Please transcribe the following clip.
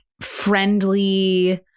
friendly